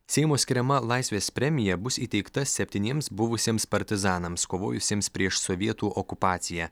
seimo skiriama laisvės premija bus įteikta septyniems buvusiems partizanams kovojusiems prieš sovietų okupaciją